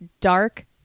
dark